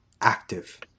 active